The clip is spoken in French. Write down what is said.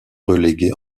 relégué